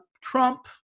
Trump-